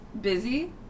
busy